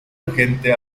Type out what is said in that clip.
urgente